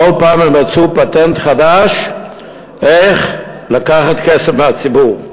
כל פעם הם מצאו פטנט חדש איך לקחת כסף מהציבור.